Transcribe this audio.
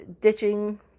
ditching